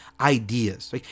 ideas